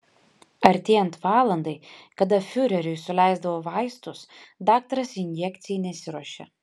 artėjant valandai kada fiureriui suleisdavo vaistus daktaras injekcijai nesiruošė